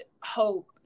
hope